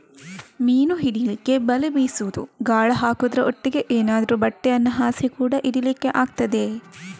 ಮೀನು ಹಿಡೀಲಿಕ್ಕೆ ಬಲೆ ಬೀಸುದು, ಗಾಳ ಹಾಕುದ್ರ ಒಟ್ಟಿಗೆ ಏನಾದ್ರೂ ಬಟ್ಟೆಯನ್ನ ಹಾಸಿ ಕೂಡಾ ಹಿಡೀಲಿಕ್ಕೆ ಆಗ್ತದೆ